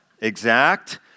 exact